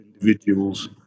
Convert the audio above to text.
individuals